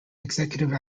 executive